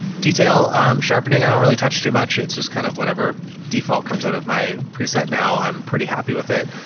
detail i'm sharpening. i don't really touch too much. it's just kind of whatever default comes out of my preset now i'm pretty happy with it.